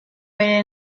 bere